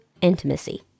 intimacy